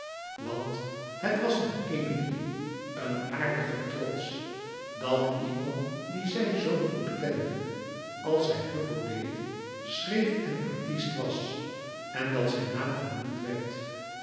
want het was in emilie een aardige trots dat iemand dien zij zoo goed kende als zij hugo deed schreef en artist was en dat zijn naam genoemd werd